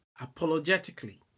apologetically